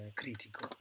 critico